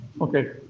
Okay